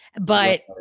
But-